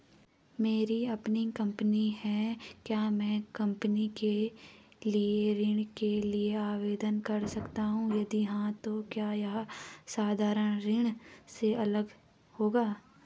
मेरी अपनी कंपनी है क्या मैं कंपनी के लिए ऋण के लिए आवेदन कर सकता हूँ यदि हाँ तो क्या यह साधारण ऋण से अलग होगा?